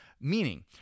meaning